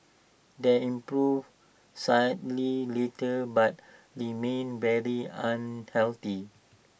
they improved slightly later but remained very unhealthy